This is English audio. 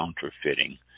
counterfeiting